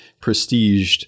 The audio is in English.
prestiged